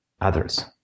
others